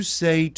say